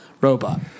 Robot